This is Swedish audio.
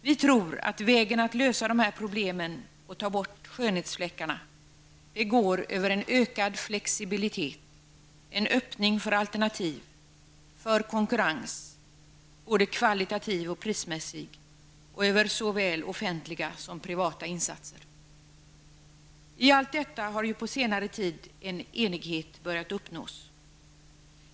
Vi tror att vägen att lösa dessa problem och ta bort skönhetsfläckarna går över en ökad flexibilitet, en öppning för alternativ och och konkurrens -- både kvalitativ och prismässig -- mellan såväl offentliga som privata insatser. I allt detta har på senare tid en enighet börjat uppnås.